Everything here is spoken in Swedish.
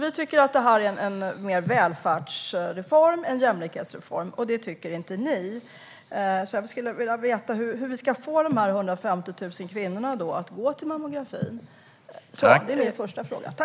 Vi tycker att det här är en välfärdsreform och en jämlikhetsreform. Det tycker inte ni. Därför skulle jag vilja veta: Hur ska vi få de 150 000 kvinnorna att gå till mammografin? Det är min första fråga.